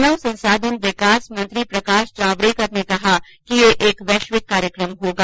मानव संसाधन विकास मंत्री प्रकाश जावड़ेकर ने कहा कि ये एक वैश्विक कार्यक्रम होगा